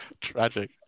Tragic